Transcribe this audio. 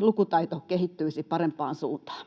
lukutaito kehittyisi parempaan suuntaan?